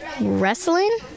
Wrestling